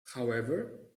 however